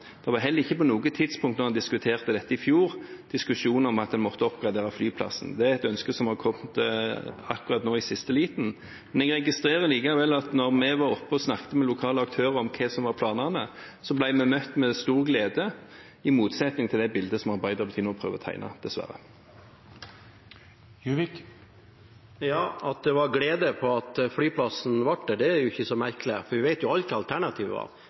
da var. Det var heller ikke på noe tidspunkt, da man diskuterte dette i fjor, en diskusjon om at man måtte oppgradere flyplassen. Det er et ønske som er kommet akkurat nå, i siste liten. Jeg registrerte likevel at da vi var oppe og snakket med lokale aktører om hva som var planene, ble vi møtt med stor glede – i motsetning til det bildet som Arbeiderpartiet nå dessverre prøver å tegne. At det var glede fordi flyplassen forble der, er jo ikke så merkelig, for vi vet jo alle hva alternativet var